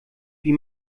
wie